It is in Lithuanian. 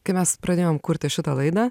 kai mes pradėjom kurti šitą laidą